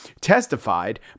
testified